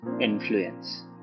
influence